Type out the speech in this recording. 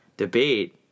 debate